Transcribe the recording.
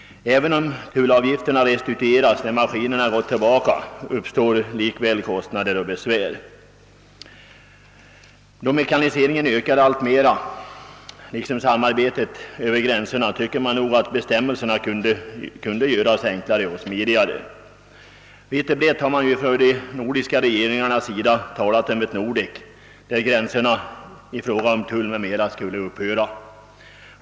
Även om tullavgifterna restitueras när maskinerna går tillbaka uppstår kostnader och besvär. Då mekaniseringen ökar alltmera, liksom också samarbetet över gränserna, tycker man att bestämmelserna kunde göras enklare och smidigare. Man har ju på senare tid från de nordiska regeringarnas sida talat om ett Nordek, varigenom gränserna i fråga om tull m.m. skulle upphöra.